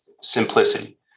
simplicity